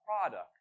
product